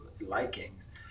likings